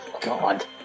god